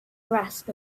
rasp